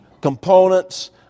components